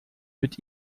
mit